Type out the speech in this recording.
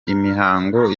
imihango